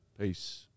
Peace